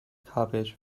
cabbage